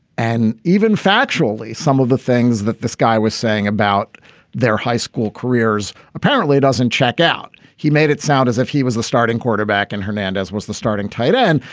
and even factually, factually, some of the things that this guy was saying about their high school careers apparently doesn't check out. he made it sound as if he was the starting quarterback and hernandez was the starting tight end.